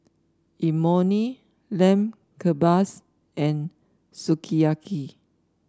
Imoni Lamb Kebabs and Sukiyaki